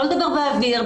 לא לדבר באוויר,